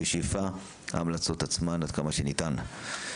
בשאיפה ההמלצות עצמן, עד כמה שניתן.